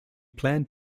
planned